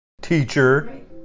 Teacher